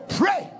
pray